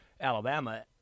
Alabama